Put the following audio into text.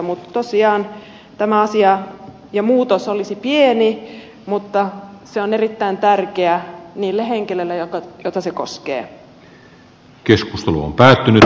mutta tosiaan tämä asia ja muutos olisi pieni mutta se on erittäin tärkeä niille henkilöille joita se koskee